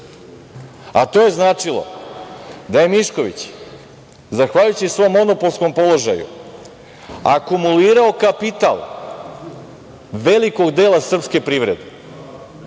je značilo da je Mišković zahvaljujući svom monopolskom položaju akumulirao kapital velikog dela srpske privrede,